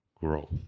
growth